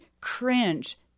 cringe